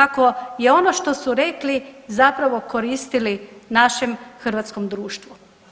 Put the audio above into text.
kako je ono što su rekli zapravo koristili našem hrvatskom društvu.